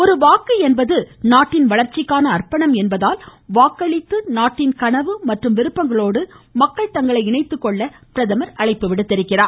ஒரு வாக்கு என்பது நாட்டின் வளர்ச்சிக்கான அர்ப்பணம் என்பதால் வாக்களித்து நாட்டின் கனவு மற்றும் விருப்பங்களோடு மக்கள் தங்களை இணைத்துக்கொள்ள அழைப்பு விடுத்துள்ளார்